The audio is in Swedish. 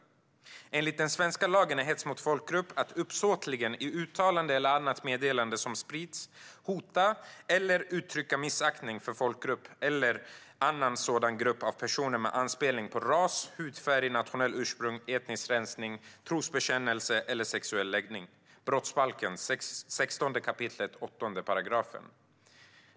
Enligt den svenska lagen, brottsbalken 16 kap. 8 §, är hets mot folkgrupp att "uppsåtligen, i uttalande eller i annat meddelande som sprids, hota eller uttrycka missaktning för folkgrupp eller annan sådan grupp av personer med anspelning på ras, hudfärg, nationellt ursprung, etniskt ursprung, trosbekännelse eller sexuell läggning".